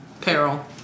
Peril